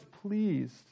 pleased